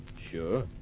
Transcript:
Sure